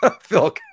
Phil